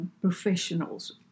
professionals